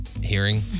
hearing